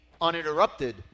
uninterrupted